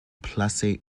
placer